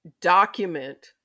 document